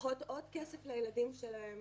צריכות עוד כסף לילדים שלהן.